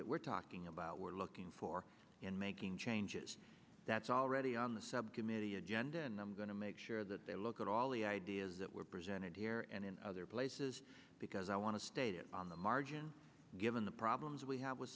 that we're talking about we're looking for in making changes that's already on the subcommittee agenda and them going to make sure that they look at all the ideas that were presented here and in other places because i want to state it on the margin given the problems we have with